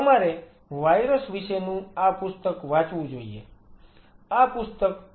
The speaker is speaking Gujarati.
તમારે વાયરસ વિશેનું આ પુસ્તક વાંચવું જોઈએ આ પુસ્તક ખુબજ રસપ્રદ છે